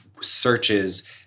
searches